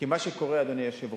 כי מה שקורה, אדוני היושב-ראש,